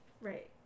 Right